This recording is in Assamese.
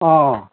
অ